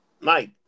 Mike